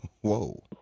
Whoa